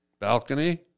Balcony